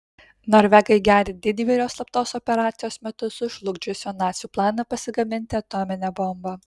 norvegai gedi didvyrio slaptos operacijos metu sužlugdžiusio nacių planą pasigaminti atominę bombą